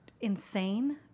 insane